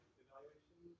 evaluation